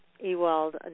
Ewald